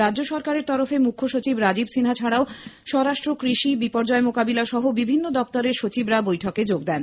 রাজ্য সরকারের তরফে মুখ্য সচিব রাজীব সিনহা ছাড়াও স্বরাষ্ট্র কৃষি বিপর্যয় মোকাবিলা সহ বিভিন্ন দফতরের সচিবরা বৈঠকে যোগ দেন